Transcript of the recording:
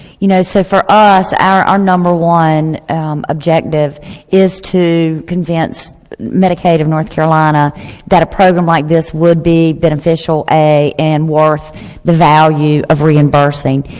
you know so for us, our our number one objective is to convince medicaid of north carolina that a program like this would be beneficial and worth the value of reimbursing.